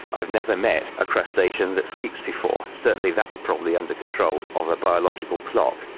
i've never met a crustacean that sleeps before. certainly that's probably under control of a biological clock.